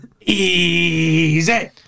Easy